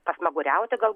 pasmaguriauti gal